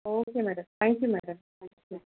okay madam thank you madam thank you